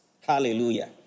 hallelujah